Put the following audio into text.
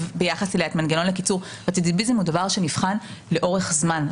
ביחס אליה את מנגנון הקיצור הוא דבר שנבחן לאורך זמן.